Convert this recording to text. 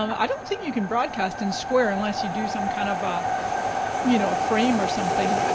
um i don't think you can broadcast in square unless you do some kind of ah you know frame or something.